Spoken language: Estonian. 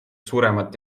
suuremat